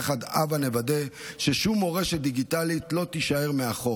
הבה נוודא יחד ששום מורשת דיגיטלית לא תישאר מאחור,